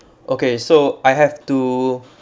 okay so I have to